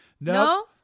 no